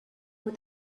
with